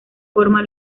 forma